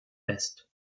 west